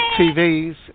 TVs